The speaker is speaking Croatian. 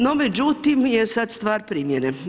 No međutim je sad stvar primjene.